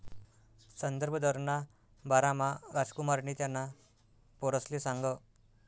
संदर्भ दरना बारामा रामकुमारनी त्याना पोरसले सांगं